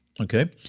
okay